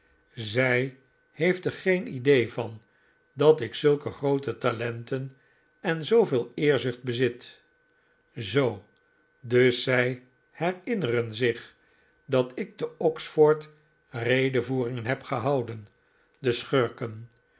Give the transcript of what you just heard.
zij heeft er geen idee van dat ik zulke groote talenten en zooveel eerzucht bezit zoo dus zij herinneren zich dat ik te oxford redevoeringen heb gehouden de schurken